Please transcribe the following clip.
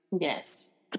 Yes